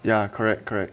ya correct correct